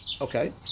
Okay